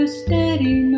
steady